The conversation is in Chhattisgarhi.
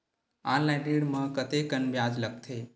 ऑनलाइन ऋण म कतेकन ब्याज लगथे?